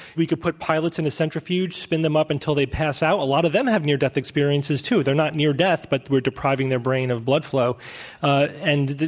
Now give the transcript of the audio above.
we could put pilots in a centrifuge, spin them up until they pass out a lot of them have near-death experiences, too, they're not near death, but we're depriving their brain of blood flow ah and you